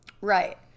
Right